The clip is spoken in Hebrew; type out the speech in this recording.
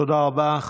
תודה רבה.